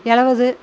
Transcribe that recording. எழுவது